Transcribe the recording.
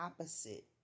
opposite